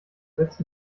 setzt